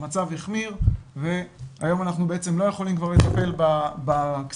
המצב החמיר והיום בעצם אנחנו כבר לא יכולים לטפל בזה עם